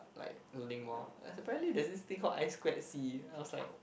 like to link more and surprisingly there's this thing called ice squared c then I was like